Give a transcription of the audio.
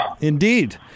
Indeed